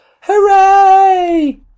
Hooray